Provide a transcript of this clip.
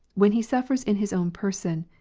when he suffers in his own person,